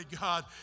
God